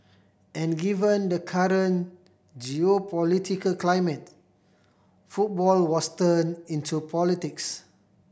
and given the current geopolitical climate football was turned into politics